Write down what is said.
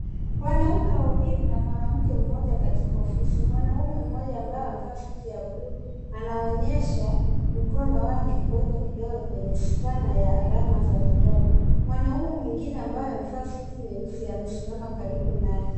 Wanaume wawili na mwanamke mmoja katika ofisi. Mwanaume mmoja ambaye amevaa suti ya bluu anaonyesha mkono wake kuweka kidole kwenye skana ya alama za vidole. Mwanaume mwingine ambaye amevaa suti nyeusi amesimama naye.